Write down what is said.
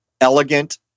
elegant